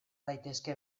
daitezke